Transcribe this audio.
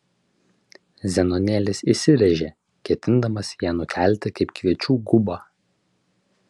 zenonėlis įsiręžė ketindamas ją nukelti kaip kviečių gubą